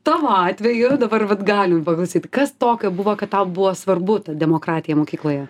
tavo atveju dabar vat galim paklausyt kas tokio buvo kad tau buvo svarbu ta demokratija mokykloje